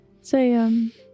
Say